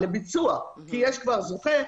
לביצוע כי יש כבר זוכה.